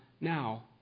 now